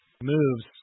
moves